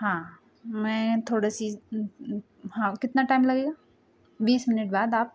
हाँ मैं थोड़े सी हाँ कितना टाइम लगेगा बीस मिनट बाद आप